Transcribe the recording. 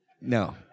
No